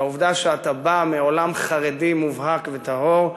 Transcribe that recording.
והעובדה שאתה בא מעולם חרדי מובהק וטהור,